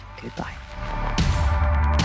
goodbye